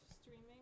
streaming